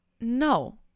No